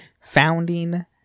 founding